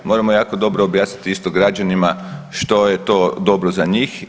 Moramo jako dobro objasniti isto građanima što je to dobro za njih.